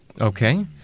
Okay